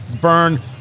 burn